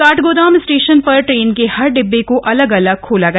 Kathgodam station पर train के हर डिब्बे को अलग अलग खोला गया